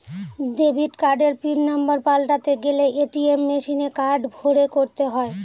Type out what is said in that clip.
debit কার্ডের pin number পাল্টাতে গেলে এ.টি.এম মেশিনে কার্ড ভোরে করতে হয়